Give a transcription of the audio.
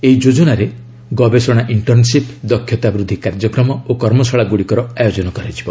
ଏହି ଯୋଜନାରେ ଗବେଷଣା ଇଣ୍ଟର୍ଣ୍ଣସିପ୍ ଦକ୍ଷତାବୃଦ୍ଧି କାର୍ଯ୍ୟକ୍ରମ ଓ କର୍ମଶାଳାଗୁଡ଼ିକର ଆୟୋଜନ କରାଯିବ